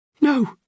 No